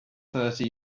thirty